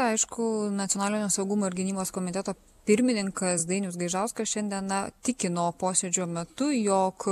aišku nacionalinio saugumo ir gynybos komiteto pirmininkas dainius gaižauskas šiandien na tikino posėdžio metu jog